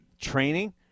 training